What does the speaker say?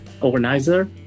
organizer